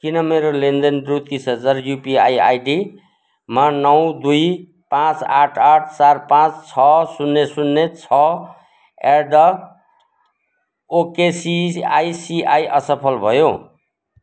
किन मेरो लेनदेन रु तिस हजार युपिआई आइडिमा नौ दुई पाँच आठ आठ चार पाँच छ शून्य शून्य छ एट द ओकेसी आइसिआई असफल भयो